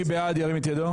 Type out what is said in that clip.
מי בעד ההצעה?